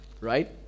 Right